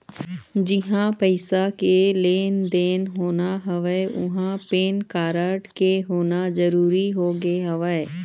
जिहाँ पइसा के लेन देन होना हवय उहाँ पेन कारड के होना जरुरी होगे हवय